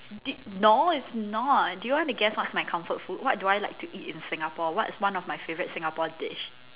did no it's not do you want to guess what's my comfort food what do I like to eat in Singapore what's one of my favourite Singapore dish